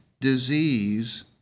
disease